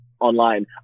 online